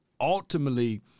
ultimately